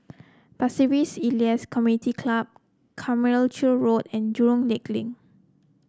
Pasir Ris Elias Community Club Carmichael Road and Jurong Lake Link